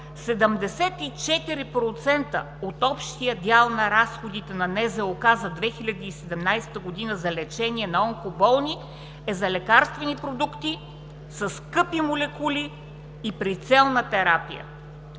74% от общия дял на разходите на НЗОК за 2017 г. за лечение на онкоболни е за лекарствени продукти със скъпи молекули и прицелна терапия.